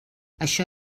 això